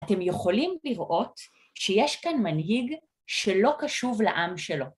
אתם יכולים לראות שיש כאן מנהיג שלא קשוב לעם שלו.